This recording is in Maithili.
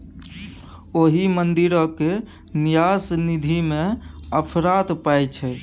ओहि मंदिरक न्यास निधिमे अफरात पाय छै